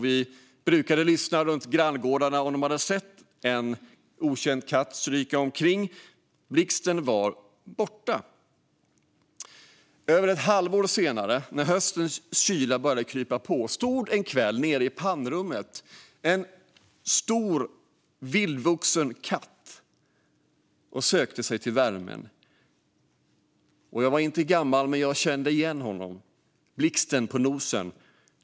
Vi brukade höra efter i granngårdarna om de hade sett en okänd katt stryka omkring. Blixten var borta. Över ett halvår senare, när höstens kyla började krypa på, stod en kväll nere i pannrummet en stor vildvuxen katt och sökte sig till värmen. Jag var inte gammal, men jag kände igen Blixten på nosen.